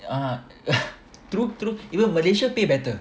ah true true Malaysia pay better